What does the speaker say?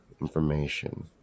information